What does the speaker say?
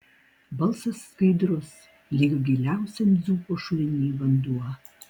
balsas skaidrus lyg giliausiam dzūko šuliny vanduo